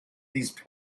these